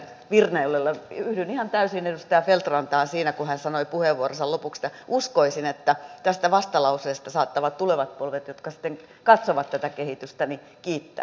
yhdyn ihan täysin edustaja feldt rantaan siinä kun hän sanoi puheenvuoronsa lopuksi uskovansa että tästä vastalauseesta saattavat tulevat polvet jotka sitten katsovat tätä kehitystä kiittää